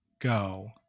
go